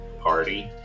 party